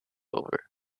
over